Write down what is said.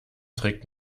trägt